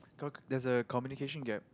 talk there's a communication gap